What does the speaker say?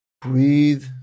breathe